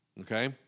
Okay